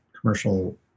commercial